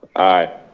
aye.